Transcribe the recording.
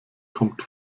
kommt